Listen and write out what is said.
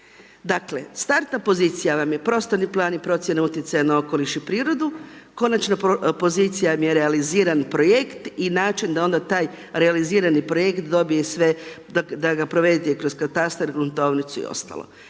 Dakle, startna pozicija vam je prostorni plan i procjena utjecaja na okoliš i prirodu, konačna pozicija vam je realiziran projekt i način da onda taj realizirani projekt dobije sve, da ga provedete i kroz katastar, gruntovnicu i ostalo.